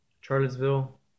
charlottesville